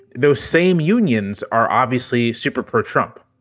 those same unions are obviously super pro trump.